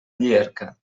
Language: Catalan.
llierca